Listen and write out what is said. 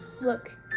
Look